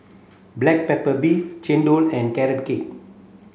black pepper beef chendol and carrot cake